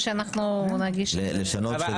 שגם